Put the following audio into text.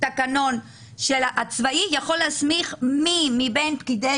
התקנון הצבאי יכול להסמיך מי מבין פקידי